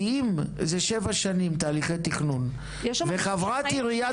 כי אם זה שבע שנים תהליכי תכנון וחברת עיריית